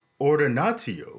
Ordinatio